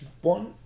one